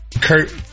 Kurt